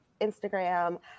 instagram